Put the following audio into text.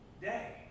day